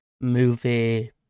movie